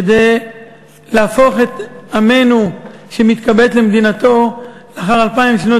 כדי להפוך את עמנו שמתקבץ למדינתו לאחר אלפיים שנות